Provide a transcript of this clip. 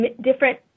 different